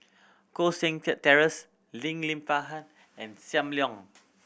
Koh Seng Kiat Terence Lim and Sam Leong